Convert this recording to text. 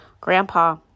Grandpa